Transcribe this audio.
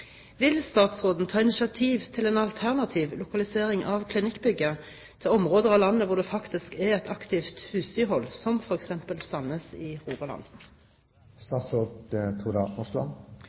Vil statsråden ta initiativ til en alternativ lokalisering av klinikkbygget til områder av landet hvor det faktisk er et aktivt husdyrhold, som f.eks. Sandnes i